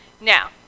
Now